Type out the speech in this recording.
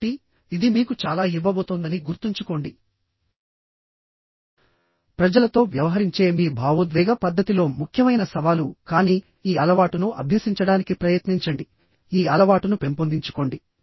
కాబట్టి ఇది మీకు చాలా ఇవ్వబోతోందని గుర్తుంచుకోండి ప్రజలతో వ్యవహరించే మీ భావోద్వేగ పద్ధతిలో ముఖ్యమైన సవాలు కానీ ఈ అలవాటును అభ్యసించడానికి ప్రయత్నించండి ఈ అలవాటును పెంపొందించుకోండి